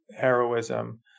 heroism